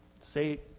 say